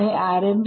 ആയി മാറും